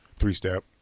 three-step